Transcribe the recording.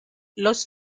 los